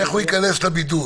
איך הוא ייכנס לבידוד?